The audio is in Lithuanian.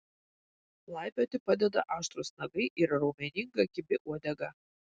laipioti padeda aštrūs nagai ir raumeninga kibi uodega